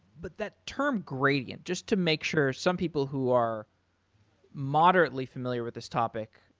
but that term gradient, just to make sure some people who are moderately familiar with this topic,